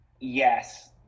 yes